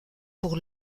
pour